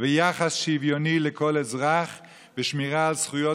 ויחס שוויוני לכל אזרח ושמירה על זכויות